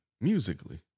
musically